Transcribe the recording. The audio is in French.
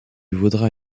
vaudra